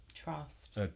trust